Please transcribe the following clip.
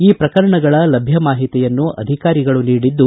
ಈ ಪ್ರಕರಣಗಳ ಲಭ್ಯ ಮಾಹಿತಿಯನ್ನು ಅಧಿಕಾರಿಗಳು ನೀಡಿದ್ದು